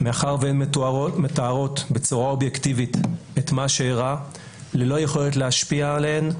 מאחר והן מתארות בצורה אובייקטיבית את מה שאירע ללא יכולת להשפיע עליהן,